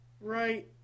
Right